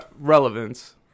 relevance